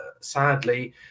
sadly